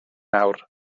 nawr